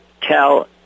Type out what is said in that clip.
tell